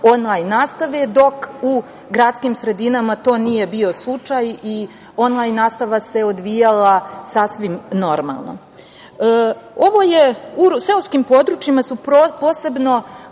onlajn nastave, dok u gradskim sredinama to nije bio slučaj i onlajn nastava se odvijala sasvim normalno.U seoskim područjima su posebno